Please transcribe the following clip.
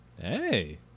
Hey